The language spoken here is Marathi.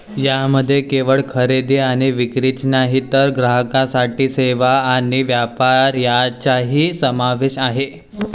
यामध्ये केवळ खरेदी आणि विक्रीच नाही तर ग्राहकांसाठी सेवा आणि व्यापार यांचाही समावेश आहे